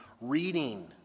reading